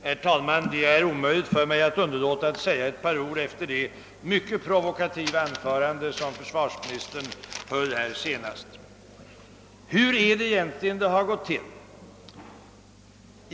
Herr talman! Det är omöjligt för mig att underlåta att säga ett par ord efter det mycket provokativa anförande som försvarsministern senast höll. Hur är det egentligen det har gått till?